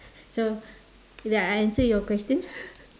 so did I answer your question